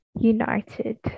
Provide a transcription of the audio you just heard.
united